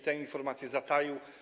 Te informacje zataił.